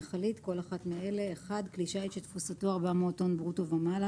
"מכלית" כל אחת מאלה: כלי שיט שתפוסתו 400 טון ברוטו ומעלה,